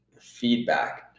feedback